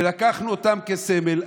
ולקחנו אותם כסמל.